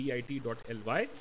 Bit.ly